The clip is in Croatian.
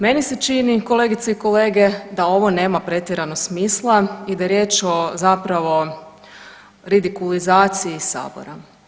Meni se čini kolegice i kolege da ovo nema pretjerano smisla i da je riječ o zapravo ridikulizaciji sabora.